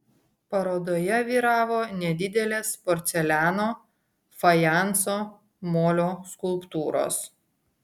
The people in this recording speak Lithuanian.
parodoje vyravo nedidelės porceliano fajanso molio skulptūros